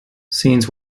scenes